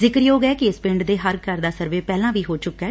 ਜ਼ਿਕਰਯੋਗ ਐ ਕਿ ਇਸ ਪਿੰਡ ਦੇ ਹਰ ਘਰ ਦਾ ਸਰਵੇ ਪਹਿਲਾਂ ਵੀ ਹੋ ਚੁੱਕੈ